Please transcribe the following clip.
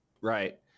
Right